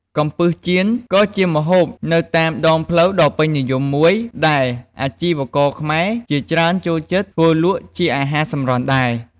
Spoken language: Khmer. កំំពឹសចៀនក៏ជាម្ហូបនៅតាមដងផ្លូវដ៏ពេញនិយមមួយ ដែលអាជីករខ្មែរជាច្រើនចូលចិត្តធ្វើលក់ជាអាហារសម្រន់ដែរ។